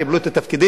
קיבלו את התפקידים.